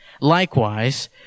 Likewise